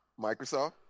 microsoft